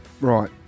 Right